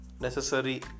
necessary